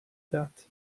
that